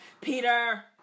Peter